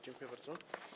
Dziękuję bardzo.